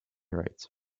rights